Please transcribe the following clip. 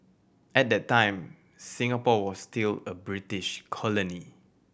at that time Singapore was still a British colony